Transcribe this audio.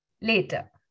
later